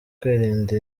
kwirinda